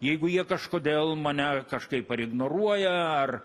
jeigu jie kažkodėl mane kažkaip ar ignoruoja ar